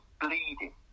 bleeding